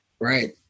Right